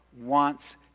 wants